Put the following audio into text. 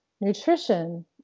nutrition